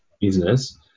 business